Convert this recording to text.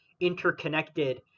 interconnected